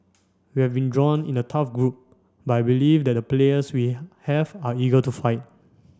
we have been drawn in a tough group but I believe that the players we have are eager to fight